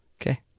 Okay